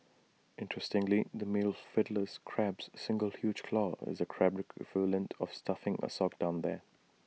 interestingly the male Fiddler crab's single huge claw is A Crab equivalent of stuffing A sock down there